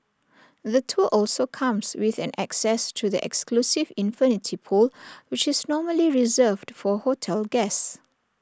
the tour also comes with an access to the exclusive infinity pool which's normally reserved for hotel guests